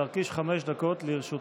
בבקשה, השר קיש, חמש דקות לרשותך.